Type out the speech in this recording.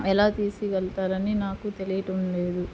ఎలా తీసియ్యగలుగుతారని నాకు తెలియటం లేదు